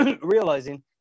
realizing